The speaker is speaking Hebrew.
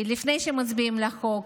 לפני שמצביעים על החוק: